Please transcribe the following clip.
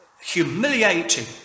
humiliating